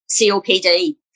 COPD